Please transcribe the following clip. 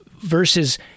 Versus